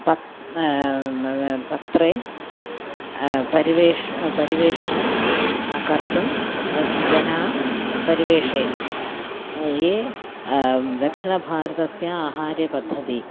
पत्रम् पत्रे परिवेषणं परिवेषणं कर्तुं अस्ति जनाः परिवेशयन्ति ये दक्षिणभारतस्य आहारपद्धतिः